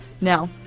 Now